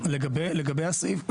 לגבי הסעיף הזה,